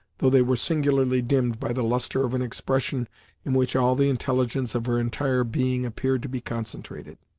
though they were singularly dimmed by the lustre of an expression in which all the intelligence of her entire being appeared to be concentrated.